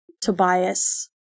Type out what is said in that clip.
Tobias